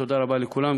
תודה רבה לכולם.